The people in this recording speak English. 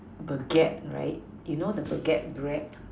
baguette right you know the baguette bread